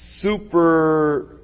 super